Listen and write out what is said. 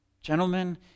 Gentlemen